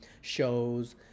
shows